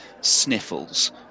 sniffles